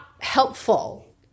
helpful